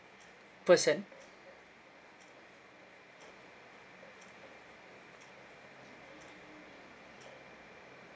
person